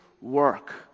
work